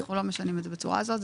אנחנו לא משנים את זה בצורה כזאת.